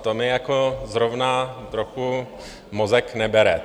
To mi jako zrovna trochu mozek nebere.